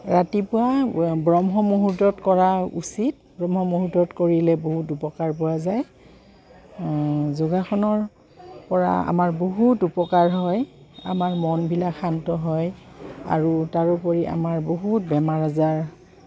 ৰাতিপুৱা ব্ৰহ্মমহূৰ্তত কৰা উচিত ব্ৰহ্মমহূৰ্তত কৰিলে বহুত উপকাৰ পোৱা যায় যোগাসনৰপৰা আমাৰ বহুত উপকাৰ হয় আমাৰ মনবিলাক শান্ত হয় আৰু তাৰোপৰি আমাৰ বহুত বেমাৰ আজাৰ